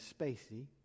Spacey